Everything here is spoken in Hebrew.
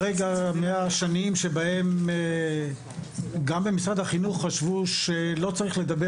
מהשנים שבהם גם במשרד החינוך חשבו שלא צריך לדבר